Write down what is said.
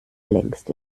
längst